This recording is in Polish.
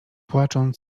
płacząc